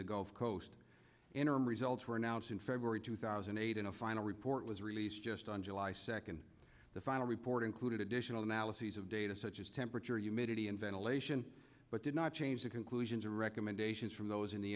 the gulf coast interim results were announced in february two thousand and eight and a final report was released just on july second the final report included additional analyses of data such as temperature humidity and ventilation but did not change the conclusions or recommendations from those in the